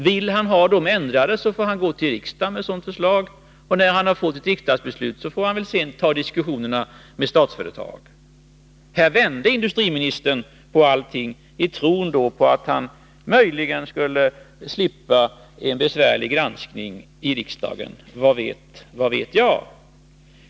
Vill herr Åsling få till stånd en ändring, får han gå till riksdagen med sitt förslag. Efter riksdagsbeslutet får väl herr Åsling ta upp diskussion med Statsföretag. Här vände industriministern på allting i tron att han möjligen skulle slippa en besvärlig granskning i riksdagen — vad vet jag?